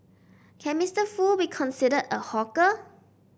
can Mister Foo be considered a hawker